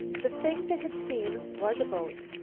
the thing they had seen was a boat.